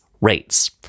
rates